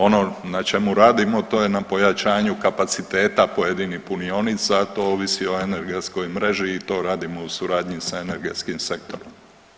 Ono na čemu radimo to je na pojačanju kapaciteta pojedinih punionica, a to ovisi o energetskoj mreži i to radimo u suradnji sa energetskim sektorom.